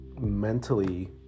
mentally